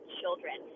children